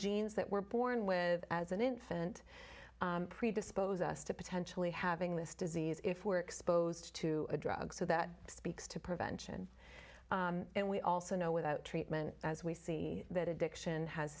genes that we're born with as an infant predispose us to potentially having this disease if we're exposed to a drug so that speaks to prevention and we also know without treatment as we see that addiction has